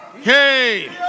Hey